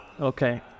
okay